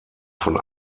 von